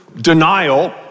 denial